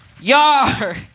Yar